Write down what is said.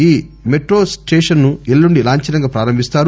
ఈ మెట్రో స్టేషన్ను ఎల్లుండి లాంఛనంగా ప్రారంభిస్తారు